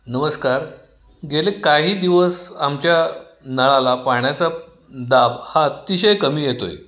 नमस्कार गेले काही दिवस आमच्या नळाला पाण्याचा दाब हा अतिशय कमी येतो आहे